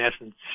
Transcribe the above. essence